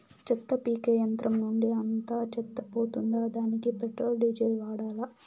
చెత్త పీకే యంత్రం నుండి అంతా చెత్త పోతుందా? దానికీ పెట్రోల్, డీజిల్ వాడాలా?